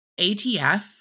ATF